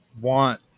want